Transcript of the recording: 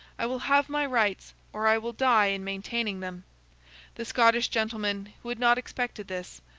i will have my rights, or i will die in maintaining them the scottish gentlemen, who had not expected this,